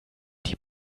die